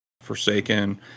Forsaken